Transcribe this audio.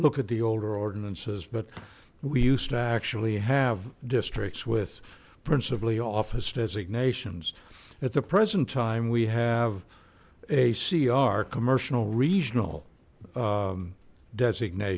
look at the older ordinances but we used to actually have districts with principally office designations at the present time we have a see our commercial regional designat